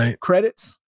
credits